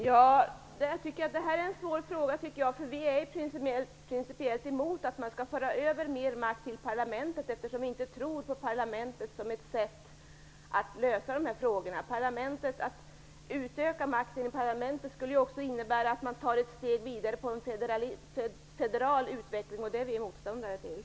Herr talman! Det är en svår fråga. Principiellt är vi emot att mera makt förs över till parlamentet, eftersom vi inte tror på parlamentet när det gäller att lösa de här frågorna. Ökad makt i parlamentet skulle också innebära ett steg vidare mot en federal utveckling, något som vi är motståndare till.